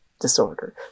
disorder